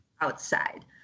outside